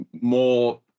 more